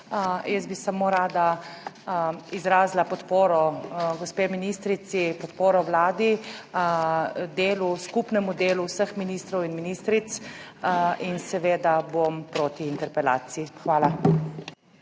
Jaz bi samo rada izrazila podporo gospe ministrici, podporo Vladi, delu, skupnemu delu vseh ministrov in ministric in seveda bom proti interpelaciji, hvala.